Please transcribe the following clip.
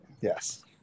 Yes